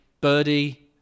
birdie